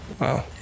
Wow